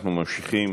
אנחנו ממשיכים.